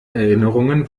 erinnerungen